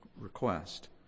request